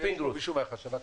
יש מישהו מהחשב הכללי?